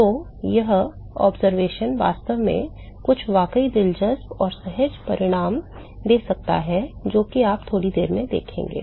तो यह अवलोकन वास्तव में कुछ वाकई दिलचस्प और सहज परिणाम दे सकता है जो कि आप थोड़ी देर में देखेंगे